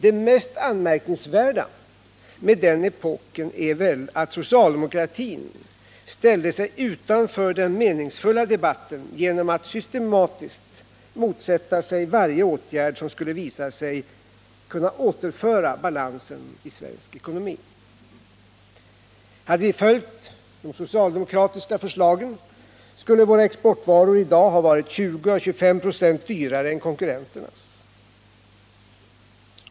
Det mest anmärkningsvärda med den epoken är väl att socialdemokratin ställde sig utanför den meningsfulla debatten genom att systematiskt motsätta sig varje åtgärd som skulle visa sig kunna återföra balansen i Sveriges ekonomi. Hade vi följt de socialdemokratiska förslagen skulle våra exportvaror i dag ha varit 20 å 25 96 dyrare än konkurrenternas.